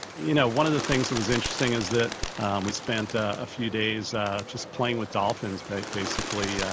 you know, one of the things that was interesting is that we spent ah a few days just playing with dolphins basically, yeah